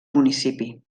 municipi